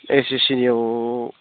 एसएससिनियाव